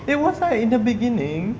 it was like in the beginning